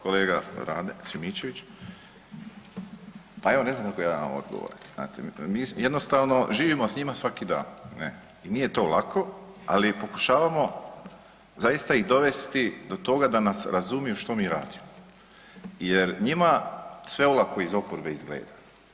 Kolega Rade Šimičević, pa evo ne znam kakve ja imam odgovore, znate mi jednostavno živimo s njima svaki dan ne i nije to lako, ali pokušavamo zaista ih dovesti do toga da nas razumiju što mi radimo jer njima sve olako iz oporbe izgleda.